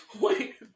Wait